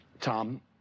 Tom